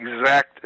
exact